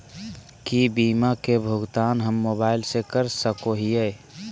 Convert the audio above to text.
की बीमा के भुगतान हम मोबाइल से कर सको हियै?